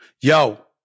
Yo